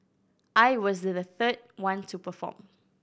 I was the third one to perform